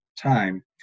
time